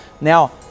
Now